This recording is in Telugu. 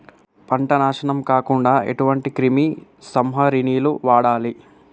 పంట నాశనం కాకుండా ఎటువంటి క్రిమి సంహారిణిలు వాడాలి?